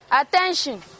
Attention